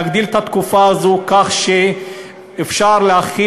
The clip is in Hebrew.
להאריך את התקופה הזו כך שאפשר יהיה להכיל